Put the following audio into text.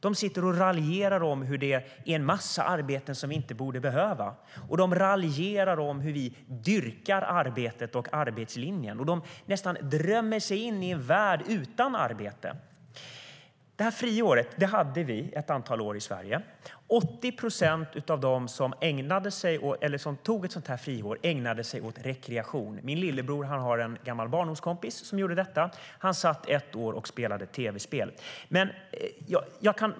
De raljerar om att det är massa arbeten som inte behövs. De raljerar om hur vi dyrkar arbetet och arbetslinjen. De nästan drömmer om en värld utan arbete. Vi hade detta med friår under ett antal år i Sverige. 80 procent av dem som tog ett friår ägnade sig åt rekreation. Min lillebror har en gammal barndomskompis som gjorde detta. Kompisen satt i ett år och spelade tv-spel.